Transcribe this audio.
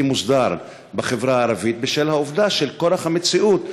מוסדר בחברה הערבית בשל כורח המציאות,